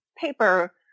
paper